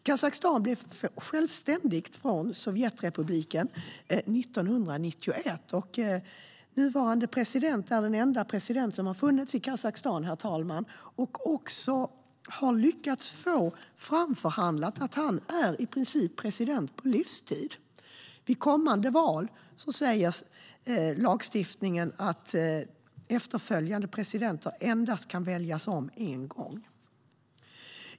Kazakstan blev självständigt från Sovjetunionen 1991, och den nuvarande presidenten är den enda som har funnits i landet, herr talman. Han har också lyckats förhandla fram att han i princip är president på livstid. Vid kommande val kan efterföljande presidenter enligt lagstiftningen endast väljas om en gång.